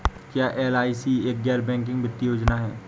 क्या एल.आई.सी एक गैर बैंकिंग वित्तीय योजना है?